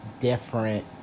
different